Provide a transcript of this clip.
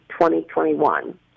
2021